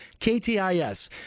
KTIS